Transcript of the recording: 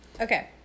okay